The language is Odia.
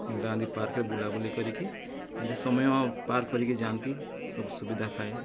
ଇନ୍ଦିରା ଗାନ୍ଧୀ ପାର୍କରେ ବୁଲାବୁଲି କରିକି ଏମିତି ସମୟ ପାର୍ କରିକି ଯାଆନ୍ତି ସବୁ ସୁବିଧା ଥାଏ